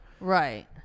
Right